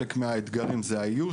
חלק מהאתגרים זה האיוש,